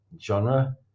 genre